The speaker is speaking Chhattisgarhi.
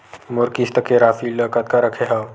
मोर किस्त के राशि ल कतका रखे हाव?